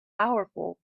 powerful